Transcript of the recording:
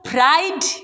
Pride